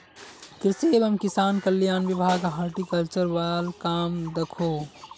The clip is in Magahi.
कृषि एवं किसान कल्याण विभाग हॉर्टिकल्चर वाल काम दखोह